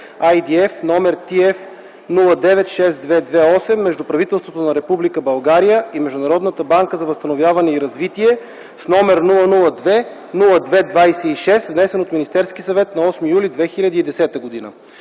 IDF № TF-096228 между правителството на Република България и Международната банка за възстановяване и развитие, № 002-02-26, внесен от Министерския съвет на 8 юли 2010 г.